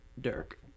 Dirk